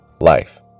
life